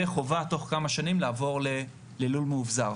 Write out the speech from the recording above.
וחובה תוך כמה שנים לעבור ללול מאובזר.